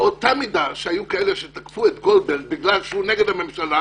באותה מידה שהיו כאלה שתקפו את גולדברג בגלל שהוא נגד הממשלה